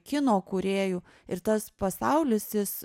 kino kūrėjų ir tas pasaulis jis